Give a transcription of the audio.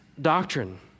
doctrine